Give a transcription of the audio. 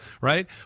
right